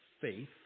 faith